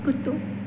कुतो